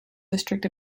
district